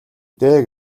дээ